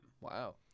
Wow